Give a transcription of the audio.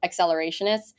accelerationists